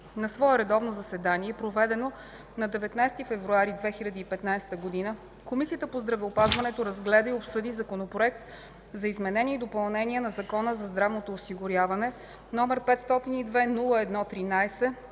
На свое редовно заседание, проведено на 19 февруари 2015 г., Комисията по здравеопазването разгледа и обсъди Законопроект за изменение и допълнение на Закона за здравното осигуряване, № 502-01-13,